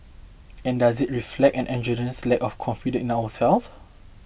and does it reflect an egregious lack of confidence in ourselves